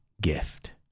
gift